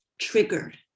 triggered